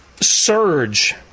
surge